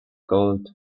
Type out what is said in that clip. gold